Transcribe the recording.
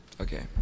okay